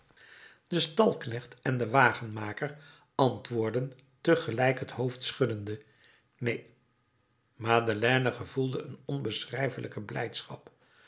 de stalknecht en de wagenmaker antwoordden te gelijk het hoofd schuddende neen madeleine gevoelde een onbeschrijfelijke blijdschap